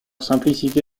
simplicité